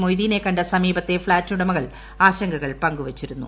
മൊയ്തീനെ കണ്ട സമീപത്തെ ഫ്ളാറ്റ് ഉടമകൾ ആശങ്കകൾ പങ്കു വച്ചിരുന്നു